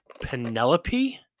Penelope